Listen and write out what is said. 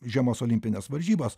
žiemos olimpinės varžybos